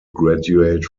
graduate